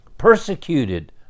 persecuted